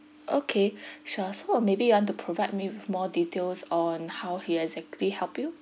okay sure so maybe you want to provide me with more details on how he exactly helped you